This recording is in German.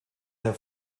der